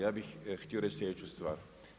Ja bih htio reći sljedeću stvar.